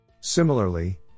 Similarly